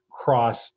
cross